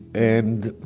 and,